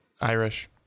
Irish